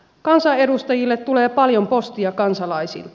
kansanedustajille tulee paljon postia kansalaisilta